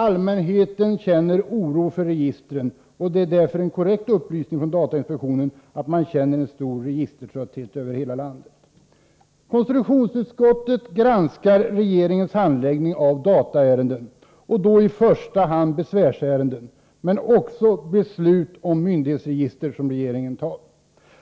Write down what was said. Allmänheten känner oro för registren, och det är därför en korrekt upplysning från datainspektionen att man känner en stor registertrötthet över hela landet. Konstitutionsutskottet granskar regeringens handläggning av dataärenden, i första hand besvärsärenden men också sådana beslut om myndighetsregister som regeringen fattar.